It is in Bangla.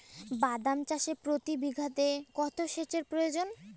বাদাম চাষে প্রতি বিঘাতে কত সেচের প্রয়োজন?